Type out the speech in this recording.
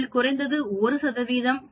அதில் குறைந்தது 1 சதவீதம்